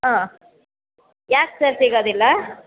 ಹಾಂ ಯಾಕೆ ಸರ್ ಸಿಗೋದಿಲ್ಲ